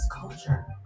culture